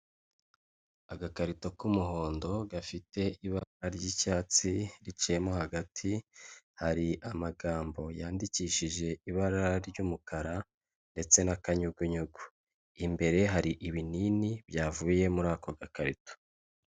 Agakarito k'umuhondo gafite ibara ry'icyatsi riciyemo hagati, hari amagambo yandikishije ibara ry'umukara ndetse n'akanyugunyugu, imbere hari ibinini byavuye muri ako gakarito.